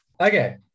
Okay